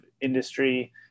industry